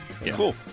cool